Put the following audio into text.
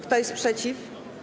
Kto jest przeciw?